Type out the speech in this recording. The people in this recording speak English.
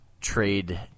trade